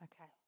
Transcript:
Okay